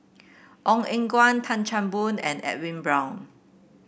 Ong Eng Guan Tan Chan Boon and Edwin Brown